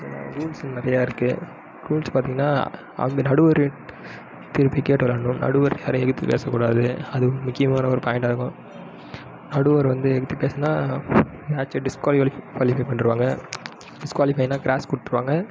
rules நிறையா இருக்கு rules பார்த்தீங்கனா அந்த நடுவர் திருப்பி கேட்டு விளாடணும் நடுவரை யாரும் எதுர்த்து பேச கூடாது அது முக்கியமான ஒரு பாயிண்ட்டாயிருக்கும் நடுவரை வந்து எதுர்த்து பேசினா மேட்ச்சை டிஸ்குவாலிஃபை பண்ணிருவாங்க டிஸ்குவாலிஃபைனா கிராஸ் கொடுத்துருவாங்க